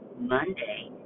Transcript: monday